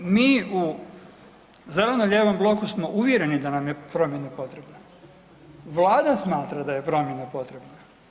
Mi u zeleno-lijevom bloku smo uvjereni da nam je promjena potrebna, Vlada smatra da je promjena potrebna.